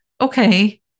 okay